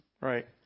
Right